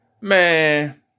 man